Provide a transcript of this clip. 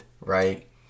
right